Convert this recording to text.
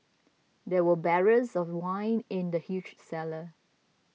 there were barrels of wine in the huge cellar